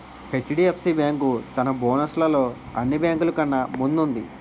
HDFC bank తన bonus లలో అన్ని బేంకులు కన్నా ముందు వుంది